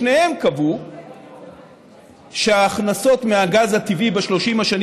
שניהם קבעו שההכנסות מהגז הטבעי למדינה ב-30 השנים